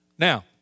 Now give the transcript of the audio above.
Now